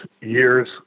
years